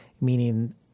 meaning